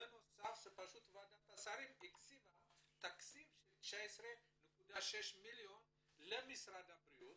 בנוסף פשוט ועדת השרים הקציבה תקציב של 19.6 מיליון למשרד הבריאות